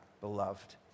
beloved